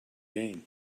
gain